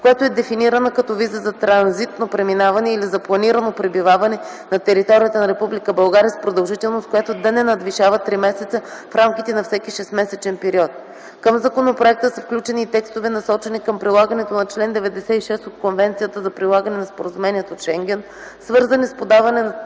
която е дефинирана като виза за транзитно преминаване или за планирано пребиваване на територията на Република България с продължителност, която да не надвишава 3 месеца в рамките на всеки 6-месечен период. Към законопроекта са включени и текстове, насочени към прилагането на чл. 96 от Конвенцията за прилагане на Споразумението от Шенген, свързани с подаването